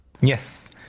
Yes